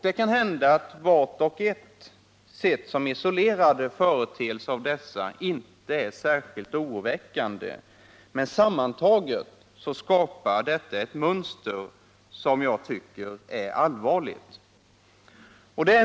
Det kan hända att vart och ett av dessa prov sett som isolerad företeelse inte är särskilt oroväckande, men sammantagna skapar de ett mönster som jag tycker är allvarligt.